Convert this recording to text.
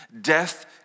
Death